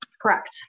Correct